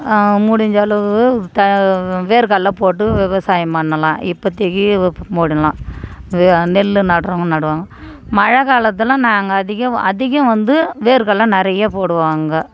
முடிஞ்ச அளவு வேர்கடல போட்டு விவசாயம் பண்ணலாம் இப்போத்திக்கி போடலாம் நெல் நடுறவுங்க நடுவாங்க மழை காலத்தில் நாங்கள் அதிகம் அதிகம் வந்து வேர்கடல நிறைய போடுவாங்க